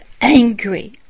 angry